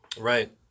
right